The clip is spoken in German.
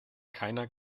keiner